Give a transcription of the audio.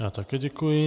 Já také děkuji.